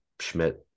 Schmidt